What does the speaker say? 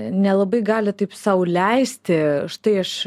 nelabai gali taip sau leisti štai aš